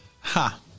Ha